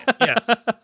Yes